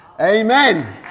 Amen